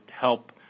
help